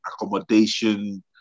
accommodation